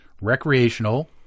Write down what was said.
recreational